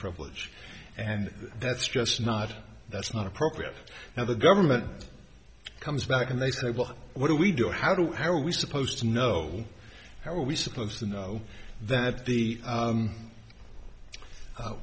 privilege and that's just not that's not appropriate now the government comes back and they say well what do we do how do how are we supposed to know how are we supposed to know that the